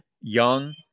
Young